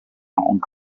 hong